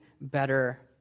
better